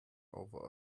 over